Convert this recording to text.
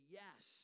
yes